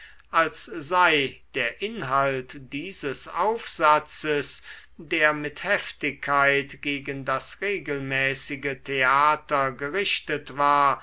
als sei der inhalt dieses aufsatzes der mit heftigkeit gegen das regelmäßige theater gerichtet war